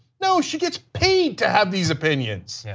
no, she gets paid to have these opinions. yeah